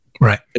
Right